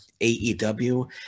AEW